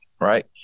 right